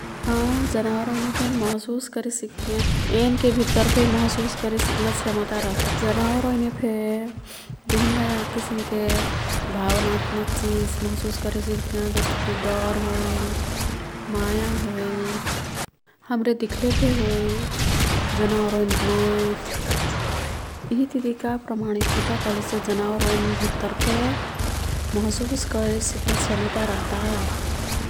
हाँ, जनावर ओइने फेन महशुस करे सिक्तियाँ। एन्के भित्तरफे महशुस करे सिक्ना क्षमता रहता। जनावर ओइनेफे विभिन्न किसिमके भावनात्मक चिज महशुस करे सिक्तियाँ। जस्तेकी डर होइल, माया होइल, हाम्रे दिख्लेफे होई जनावर ओइन रोइत्। यिहीतिती का प्रमाणित हुइता कलेसे जनावर ओइन् भित्तर फे महशुस करे सिक्ना क्षमता रहता।